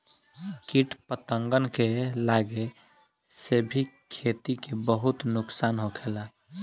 किट पतंगन के लागे से भी खेती के बहुत नुक्सान होखेला